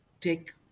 take